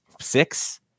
six